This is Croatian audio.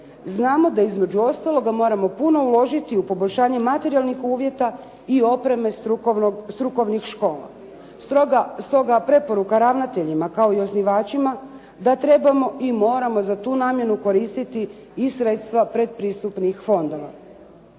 znamo da između ostaloga moramo puno uložiti u poboljšanje materijalnih uvjeta i opreme strukovnih škola. Stoga preporuka ravnateljima kao i osnivačima da trebamo i moramo za tu namjenu koristiti i sredstva predpristupnih fondova.